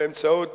באמצעות